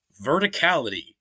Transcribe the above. verticality